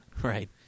Right